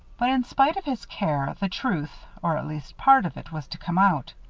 but, in spite of his care, the truth, or at least part of it, was to come out.